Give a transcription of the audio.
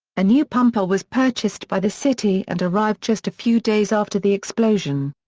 a new pumper was purchased by the city and arrived just a few days after the explosion.